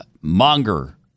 monger